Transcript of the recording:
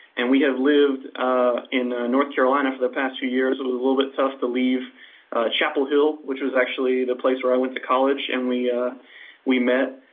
and we have lived in north carolina for the past few years, it was a little bit tough to leave chapel hill which was actually the place where i went to college and we ah we met,